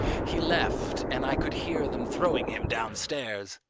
he left, and i could hear them throwing him downstairs.